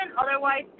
otherwise